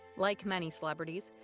like many celebrities,